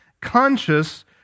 conscious